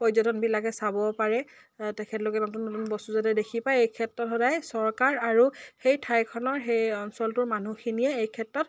পৰ্যটকবিলাকে চাবও পাৰে তেখেতলোকে নতুন নতুন বস্তু যাতে দেখি পায় এই ক্ষেত্ৰত সদায় চৰকাৰ আৰু সেই ঠাইখনৰ সেই অঞ্চলটোৰ মানুহখিনিয়ে এই ক্ষেত্ৰত